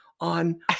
on